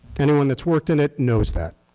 anyone that's worked in it knows that.